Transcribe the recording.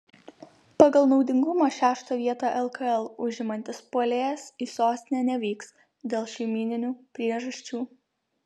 pagal naudingumą šeštą vietą lkl užimantis puolėjas į sostinę nevyks dėl šeimyninių priežasčių